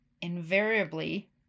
invariably